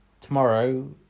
tomorrow